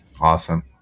Awesome